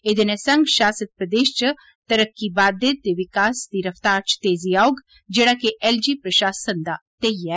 एह्दे नै संघ शासित प्रदेश च तरीके बाद्वे ते विकास दी रफ्तार च तेजी औग जेहड़ा के एलजी शासन दा धैय्या ऐ